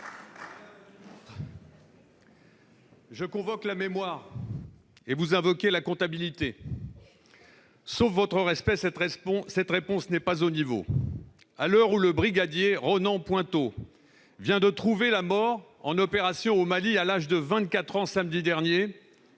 je convoque la mémoire et vous invoquez la comptabilité ! Sauf votre respect, cette réponse n'est pas au niveau. Alors que le brigadier-chef Ronan Pointeau a trouvé la mort en opération au Mali à l'âge de 24 ans, samedi dernier,